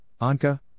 Anka